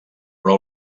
però